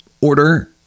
order